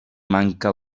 manca